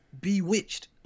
Bewitched